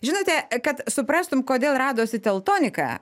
žinote kad suprastum kodėl radosi teltonika